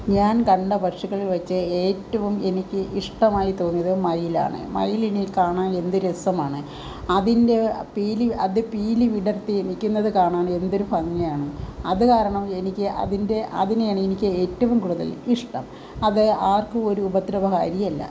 ഞാൻ കണ്ട പക്ഷികളിൽ വെച്ച് ഏറ്റവും എനിക്ക് ഇഷ്ടമായി തോന്നിയത് മയിലാണ് മയിലിനെ കാണാനെന്ത് രസമാണ് അതിൻ്റെ പീലി അത് പീലി വിടർത്തി നിൽക്കുന്നത് കാണാൻ എന്തൊരു ഭംഗിയാണ് അത് കാരണം എനിക്ക് അതിൻ്റെ അതിനെയാണെനിക്കേറ്റോം കൂടുതൽ ഇഷ്ടം